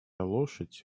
лошадь